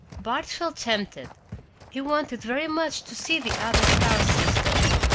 bart felt tempted he wanted very much to see the other star systems.